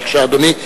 בבקשה, אדוני.